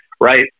right